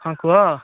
ହଁ କୁହ